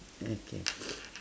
okay